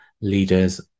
leaders